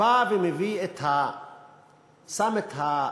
בא ושם את הסעיף הפוגעני הזה,